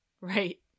right